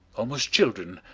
almost children,